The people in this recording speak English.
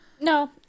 No